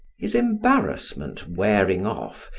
his embarrassment wearing off,